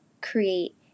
create